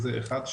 זה אחת.